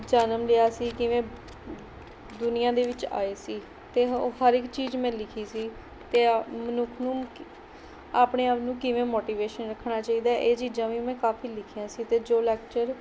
ਜਨਮ ਲਿਆ ਸੀ ਕਿਵੇਂ ਦੁਨੀਆ ਦੇ ਵਿੱਚ ਆਏ ਸੀ ਅਤੇ ਹ ਉਹ ਹਰ ਇੱਕ ਚੀਜ਼ ਮੈਂ ਲਿਖੀ ਸੀ ਅਤੇ ਆ ਮਨੁੱਖ ਨੂੰ ਆਪਣੇ ਆਪ ਨੂੰ ਕਿਵੇਂ ਮੋਟੀਵੇਸ਼ਨ ਰੱਖਣਾ ਚਾਹੀਦਾ ਹੈ ਇਹ ਚੀਜ਼ਾਂ ਵੀ ਮੈਂ ਕਾਫੀ ਲਿਖੀਆਂ ਸੀ ਅਤੇ ਜੋ ਲੈਕਚਰ